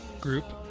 group